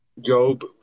Job